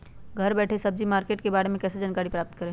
घर बैठे सब्जी मार्केट के बारे में कैसे जानकारी प्राप्त करें?